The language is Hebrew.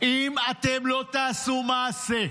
אם אתם לא תעשו מעשה,